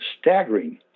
staggering